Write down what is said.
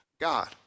God